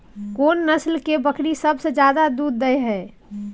कोन नस्ल के बकरी सबसे ज्यादा दूध दय हय?